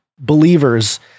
believers